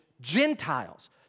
Gentiles